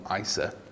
ISA